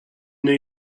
new